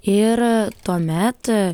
ir tuomet